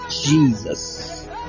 Jesus